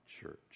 church